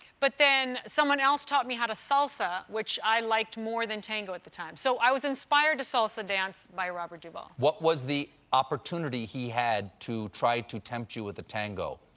but then someone else taught me how to salsa, which i liked more than tango at the time. so i was inspired to salsa dance by robert duvall. stephen what was the opportunity he had to try to tempt you with a tango?